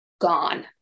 gone